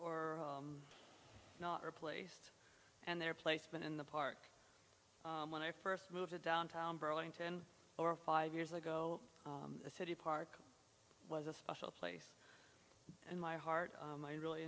or not replaced and their placement in the park when i first moved to downtown burlington or five years ago a city park was a special place in my heart i really